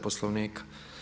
Poslovnika.